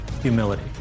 humility